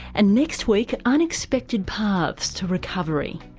and next week, unexpected paths to recovery